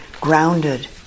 grounded